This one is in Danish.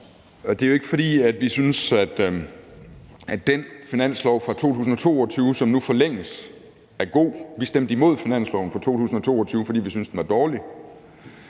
Det er jo ikke, fordi vi synes, at den finanslov for 2022, som nu forlænges, er god. Vi stemte imod finansloven for 2022, fordi vi syntes, den var dårlig.